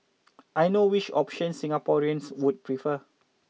I know which option Singaporeans would prefer